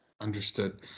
Understood